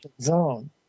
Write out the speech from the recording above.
zone